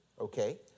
okay